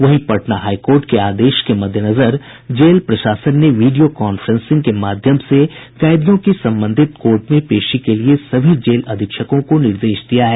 वही पटना हाईकोर्ट के आदेश के मद्देनजर जेल प्रशासन ने वीडियो कांफ्रेंसिंग के माध्यम से कैदियों की संबंधित कोर्ट में पेशी के लिए सभी जेल अधीक्षकों को निर्देश दिया है